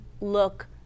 look